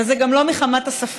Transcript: וזה גם לא מחמת הספק.